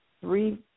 three